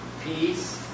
peace